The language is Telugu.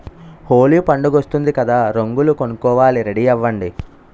హోలీ పండుగొస్తోంది కదా రంగులు కొనుక్కోవాలి రెడీ అవ్వండి